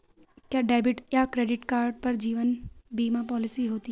क्या डेबिट या credit card पर जीवन बीमा पॉलिसी होती है?